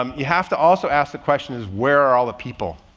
um you have to also ask the question is where are all the people?